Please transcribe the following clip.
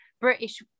British